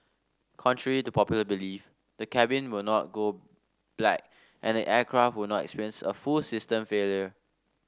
contrary to popular belief the cabin will not go black and the aircraft will not experience a full system failure